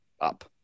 up